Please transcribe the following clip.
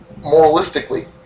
moralistically